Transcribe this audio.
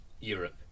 Europe